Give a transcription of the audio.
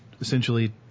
essentially